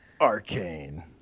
Arcane